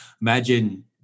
imagine